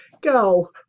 Go